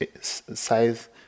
size